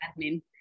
admin